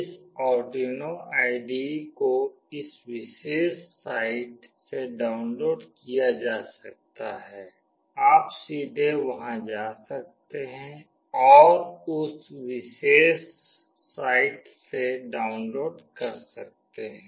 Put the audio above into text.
इस Arduino IDE को इस विशेष साइट से डाउनलोड किया जा सकता है आप सीधे वहां जा सकते हैं और उस विशेष साइट से डाउनलोड कर सकते हैं